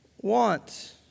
want